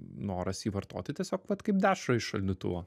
noras jį vartoti tiesiog vat kaip dešrą iš šaldytuvo